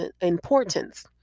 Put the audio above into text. importance